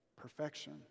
Perfection